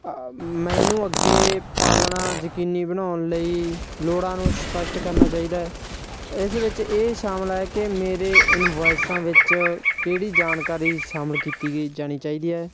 ਮੈਨੂੰ ਅੱਗੇ ਪਾਲਣਾ ਯਕੀਨੀ ਬਣਾਉਣ ਲਈ ਲੋੜਾਂ ਨੂੰ ਸਪੱਸ਼ਟ ਕਰਨਾ ਚਾਹੀਦਾ ਹੈ ਇਸ ਵਿੱਚ ਇਹ ਸ਼ਾਮਲ ਕੇ ਮੇਰੇ ਇਨਵੋਆਇਸਾਂ ਵਿੱਚ ਕਿਹੜੀ ਜਾਣਕਾਰੀ ਸ਼ਾਮਲ ਕੀਤੀ ਗਈ ਜਾਣੀ ਚਾਹੀਦੀ ਹੈ